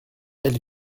elle